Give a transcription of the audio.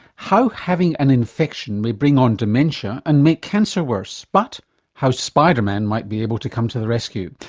how having an infection may bring on dementia and make cancer worse, but how spiderman might be able to come to the rescue.